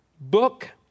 book